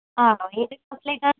ആ ഏത് ക്ലാസ്സിലേക്കാണ്